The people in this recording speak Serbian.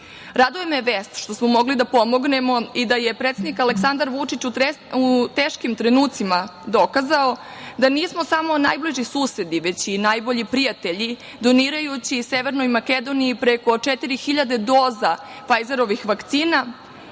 Raduje me vest što smo mogli da pomognemo i da je predsednik Aleksandar Vučić u teškim trenucima dokazao da nismo samo najbliži susedi, već i najbolji prijatelji donirajući Severnoj Makedoniji preko 4000 doza fajzerovih vakcina. Neko